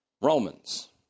Romans